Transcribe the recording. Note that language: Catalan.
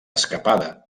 escapada